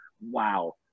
wow